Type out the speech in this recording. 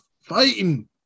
fighting